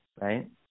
right